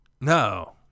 No